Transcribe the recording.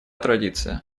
традиция